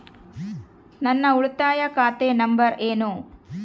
ನನ್ನ ಉಳಿತಾಯ ಖಾತೆ ನಂಬರ್ ಏನು?